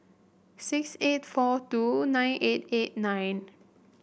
six eight four two nine eight eight nine